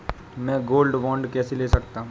मैं gold bond कैसे ले सकता हूँ?